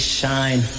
shine